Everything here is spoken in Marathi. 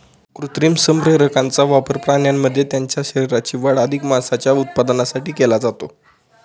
कृत्रिम संप्रेरकांचा वापर प्राण्यांमध्ये त्यांच्या शरीराची वाढ अधिक मांसाच्या उत्पादनासाठी केला जातो